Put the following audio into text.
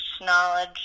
knowledge